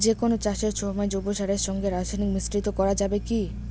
যে কোন চাষের সময় জৈব সারের সঙ্গে রাসায়নিক মিশ্রিত করা যাবে কি?